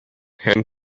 hand